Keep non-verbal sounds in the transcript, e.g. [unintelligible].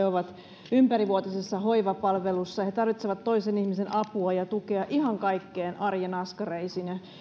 [unintelligible] ovat ympärivuorokautisessa hoivapalvelussa he tarvitsevat toisen ihmisen apua ja tukea ihan kaikkiin arjen askareisiin ja